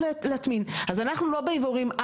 אבל אנחנו לא עושים את זה,